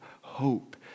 hope